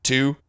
Two